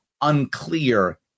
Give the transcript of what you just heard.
unclear